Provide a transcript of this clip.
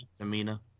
Amina